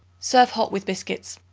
serve hot with biscuits.